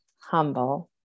humble